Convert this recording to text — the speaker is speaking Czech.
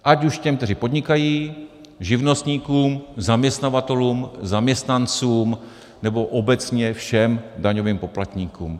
Ať už těm, kteří podnikají, živnostníkům, zaměstnavatelům, zaměstnancům, nebo obecně všem daňovým poplatníkům.